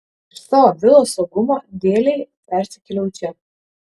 iš savo vilos saugumo dėlei persikėliau į čia